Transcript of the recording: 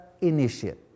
initiate